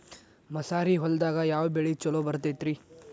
ಮಸಾರಿ ಹೊಲದಾಗ ಯಾವ ಬೆಳಿ ಛಲೋ ಬರತೈತ್ರೇ?